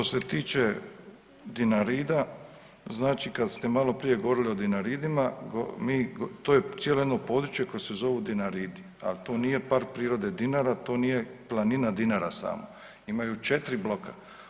Što se tiče Dinarida, znači kad ste maloprije govorili o Dinaridima mi to je cijelo jedno područje koje se zovu Dinaridi, ali to nije Park prirode Dinara, to nije planina Dinara samo imaju 4 bloka.